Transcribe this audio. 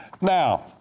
Now